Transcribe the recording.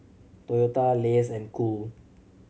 Toyota Lays and Cool